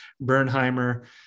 Bernheimer